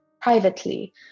privately